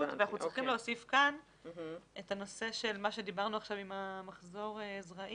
ואנחנו צריכים להוסיף כאן את הנושא של מה שדיברנו לגבי מחזור הזרעים.